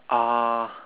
uh